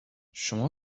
شماها